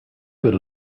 good